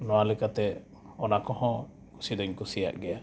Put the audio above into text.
ᱱᱚᱣᱟ ᱞᱮᱠᱟᱛᱮ ᱚᱱᱟᱠᱚ ᱦᱚᱸ ᱠᱩᱥᱤᱫᱚᱧ ᱠᱩᱥᱤᱭᱟᱜ ᱜᱮᱭᱟ